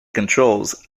controls